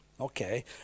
okay